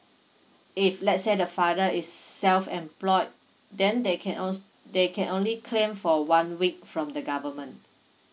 if let's say the father is self employed then they can al~ they can only claim for one week from the government